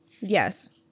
Yes